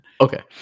Okay